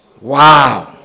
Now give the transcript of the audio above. Wow